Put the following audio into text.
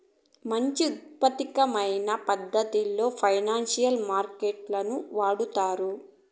మంచి ఉత్పాదకమైన పద్ధతిలో ఫైనాన్సియల్ మార్కెట్ లను వాడుతారు